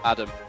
Adam